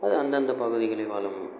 அது அந்தந்த பகுதிகளில் வாழும்